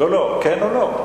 כן או לא?